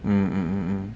mm mm mm